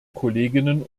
kolleginnen